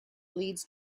leads